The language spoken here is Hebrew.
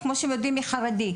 כמו שיכולים לדעת מי הוא חרדי.